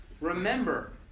Remember